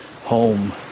home